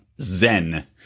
Zen